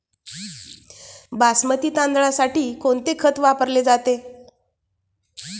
बासमती तांदळासाठी कोणते खत वापरले जाते?